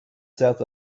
south